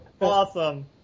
awesome